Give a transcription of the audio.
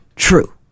True